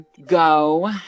go